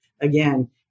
again